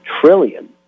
trillion